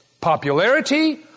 popularity